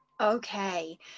okay